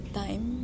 time